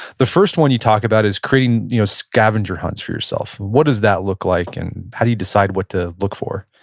the first one you talk about is creating you know scavenger hunts for yourself. what does that look like and how do you decide what to look for?